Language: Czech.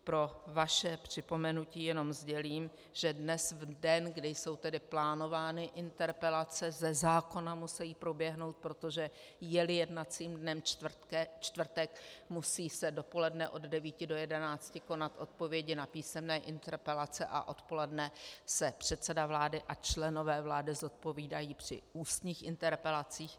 Pro vaše připomenutí jenom sdělím, že dnes, v den, kdy jsou plánovány interpelace, ze zákona musejí proběhnout, protože jeli jednacím dnem čtvrtek, musí se dopoledne od 9 do 11 hodin konat odpovědi na písemné interpelace a odpoledne se předseda vlády a členové vlády zodpovídají při ústních interpelacích.